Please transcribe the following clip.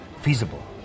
feasible